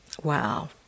Wow